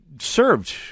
served